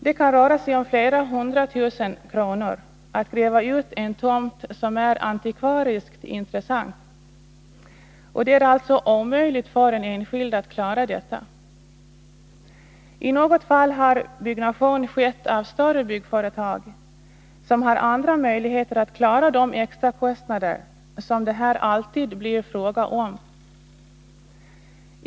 Det kan röra sig om flera hundra tusen kronor att gräva ut en tomt som är antikvariskt intressant, och det är omöjligt för en enskild att klara detta. I något fall har byggnation utförts av större byggföretag som har andra möjligheter att klara de extrakostnader som det här alltid blir fråga om.